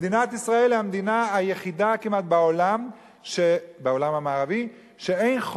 מדינת ישראל היא המדינה היחידה כמעט בעולם המערבי שאין בה